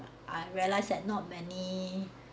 I realized that not many